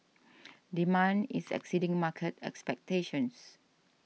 demand is exceeding market expectations